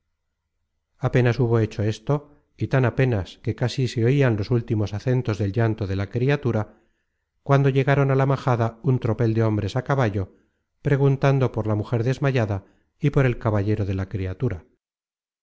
apenas hubo hecho esto y tan apenas que casi se oian los últimos acentos del llanto de la criatura cuando llegaron a la majada un tropel de hombres á caballo preguntando por la mujer desmayada y por el caballero de la criatura